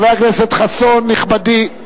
חבר הכנסת חסון, נכבדי,